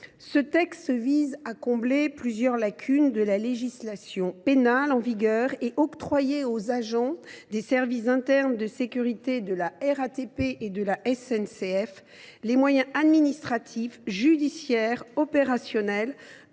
Ce texte vise à combler plusieurs lacunes de la législation pénale en vigueur et à octroyer aux agents des services internes de sécurité de la RATP et de la SNCF les moyens administratifs, judiciaires et opérationnels